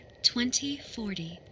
2040